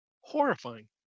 horrifying